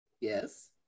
Yes